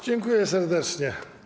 Dziękuję serdecznie.